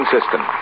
System